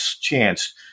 chance